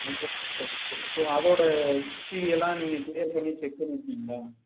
micro soft Edge so அதோட history எல்லாம் நீங்கள் க்ளியர் பண்ணி செக் பண்ணிருக்கீங்களா